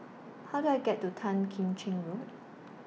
How Do I get to Tan Kim Cheng Road